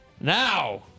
Now